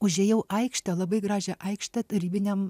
užėjau aikštę labai gražią aikštę tarybiniam